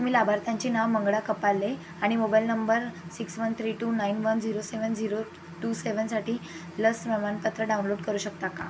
तुम्ही लाभार्थ्यांचे नाव मंगळा कपाले आणि mobile number six one three two nine one zero seven zero two सेवनसाठी लस प्रमाणपत्र डाऊनलोड करू शकता का